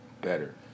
better